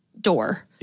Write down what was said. door